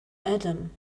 adam